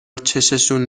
چششون